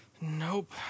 Nope